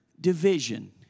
division